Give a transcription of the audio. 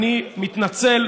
אני מתנצל.